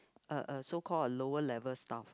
uh uh so call a lower level staff